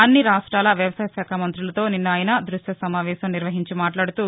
అన్ని రాష్ట్లెల వ్యవసాయ శాఖ మంతులతో ఆయన నిస్న దృశ్య సమావేశం నిర్వహించి మాట్లాడుతూ